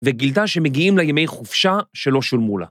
וגילתה שמגיעים לה ימי חופשה שלא שולמו לה.